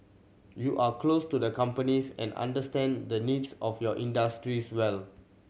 you are close to the companies and understand the needs of your industries well